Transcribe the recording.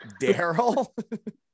Daryl